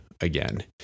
again